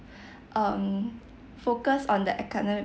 um focus on the academic